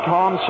Tom